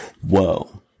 Whoa